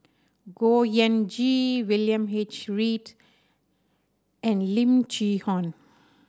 Khor Ean Ghee William H Read and Lim Chee Onn